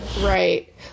Right